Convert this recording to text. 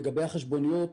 לגבי החשבוניות,